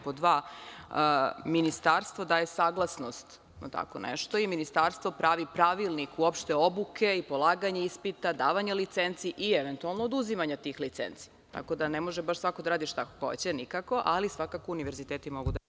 Pod dva, ministarstvo daje saglasnost na tako nešto i ministarstvo pravi pravilnik uopšte obuke i polaganje ispita, davanje licenci i eventualno oduzimanja tih licenci, tako da ne može baš svako da radi šta hoće nikako, ali svakako univerziteti mogu to da urade